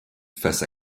face